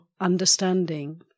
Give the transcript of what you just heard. understanding